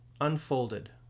unfolded